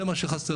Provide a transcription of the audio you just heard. זה מה שחסר,